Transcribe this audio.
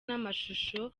n’amashusho